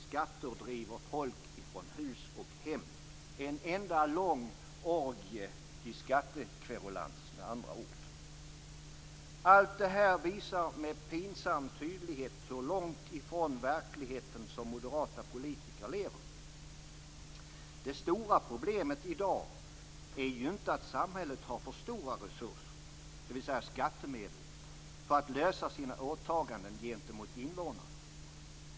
Skatter driver folk från hus och hem, med andra ord en enda lång orgie i skattekverulans. Allt detta visar med pinsam tydlighet hur långt ifrån verkligheten som moderata politiker lever. Det stora problemet i dag är inte att samhället har för stora resurser, dvs. skattemedel, för att lösa sina åtaganden gentemot invånarna.